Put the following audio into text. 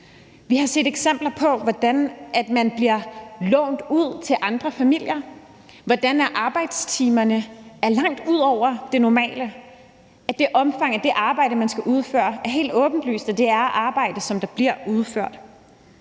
Vi har set eksempler på, hvordan man bliver lånt ud til andre familier, hvordan arbejdstiderne er langt ud over det normale omfang af det arbejde, som man skal udføre, og at det er helt åbenlyst, at det er et arbejde, der bliver udført.